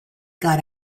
got